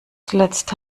zuletzt